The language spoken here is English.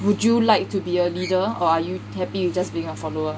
would you like to be a leader or are you happy with just being a follower